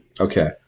Okay